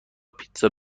پیتزا